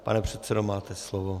Pane předsedo, máte slovo.